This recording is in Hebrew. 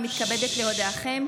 אני מתכבדת להודיעכם,